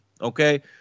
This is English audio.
okay